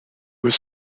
was